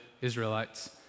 Israelites